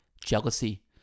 Jealousy